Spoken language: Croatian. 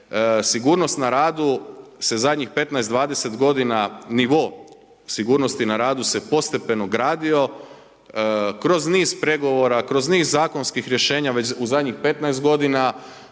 Sigurnost na radu se zadnjih 15, 20 godina nivo sigurnosti na radu se postepeno gradio kroz niz pregovora, kroz niz zakonskih rješenja. Već u zadnjih 15 godina